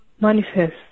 manifest